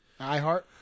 iHeart